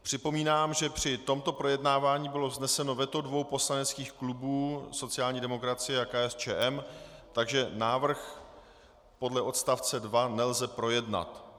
Připomínám, že při tomto projednávání bylo vzneseno veto dvou poslaneckých klubů, sociální demokracie a KSČM, takže návrh podle odst. 2 nelze projednat.